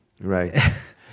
Right